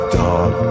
dog